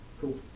Cool